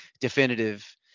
definitive